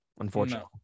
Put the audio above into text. Unfortunately